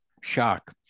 shock